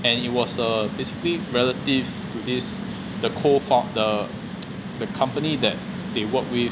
and it was a basically relative to this the co-found~ the the company that they work with